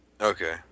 Okay